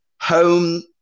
Home